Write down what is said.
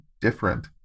different